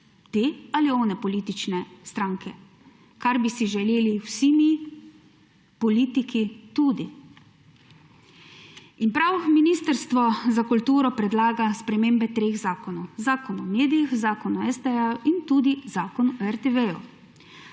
te ali one politične stranke, kar bi si želeli vsi mi, tudi politiki. In prav Ministrstvo za kulturo predlaga spremembe treh zakonov, Zakona o medijih, Zakona o STA in tudi Zakona o RTV,